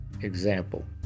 example